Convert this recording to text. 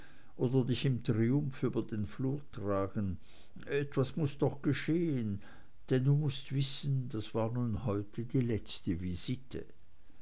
oder dich im triumph über den flur tragen etwas muß doch geschehen denn du mußt wissen das war nun heute die letzte visite